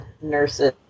nurses